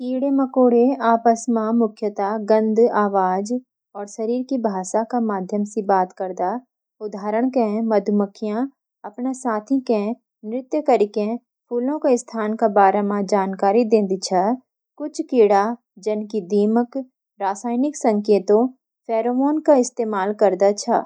कीड़े-मकौड़े आपस म मुख्यतः गंध, आवाज़, और शरीर की भाषा का माध्यम सी बात करदा । उदाहरण कैं, मधुमक्खियाँ अपना साथी के नृत्य करीके फूलों का स्थान का बारा मा जानकारी देदी छ। कुछ कीड़े जन कि दीमक, रसायनिक संकेतों (फेरोमोन) का इस्तेमाल करदा छ।